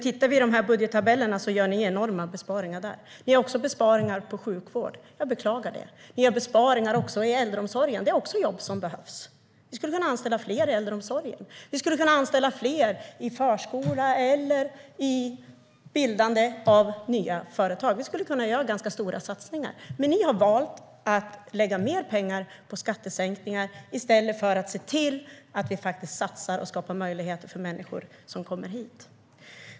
Tittar man i budgettabellerna ser man dock att ni gör enorma besparingar där. Ni gör också besparingar på sjukvård. Jag beklagar det. Ni gör besparingar i äldreomsorgen. Det är också jobb som behövs. Vi skulle kunna anställa fler i äldreomsorgen. Vi skulle kunna anställa fler i förskola och i bildandet av nya företag. Vi skulle kunna göra ganska stora satsningar, men ni har valt att lägga pengar på skattesänkningar i stället för att se till att vi satsar och skapar möjligheter för människor som kommer hit.